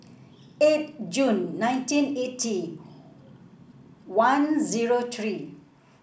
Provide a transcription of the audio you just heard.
eight June nineteen eighty one zero three